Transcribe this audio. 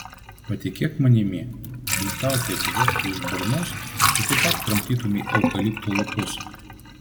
patikėk manimi jei tau taip dvoktų iš burnos tu taip pat kramtytumei eukaliptų lapus